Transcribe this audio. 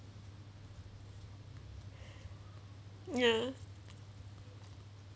ya